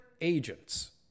agents